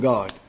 God